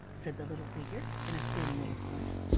said the little figure, in a thin little voice.